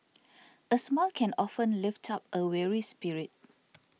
a smile can often lift up a weary spirit